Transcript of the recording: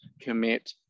commit